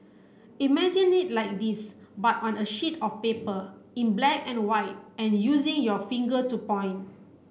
imagine it like this but on a sheet of paper in black and white and using your finger to point